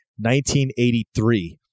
1983